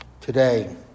today